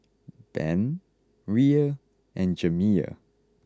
Ben Rhea and Jamiya